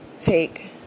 take